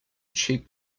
cheap